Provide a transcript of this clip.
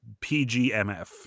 PGMF